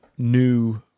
new